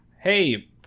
hey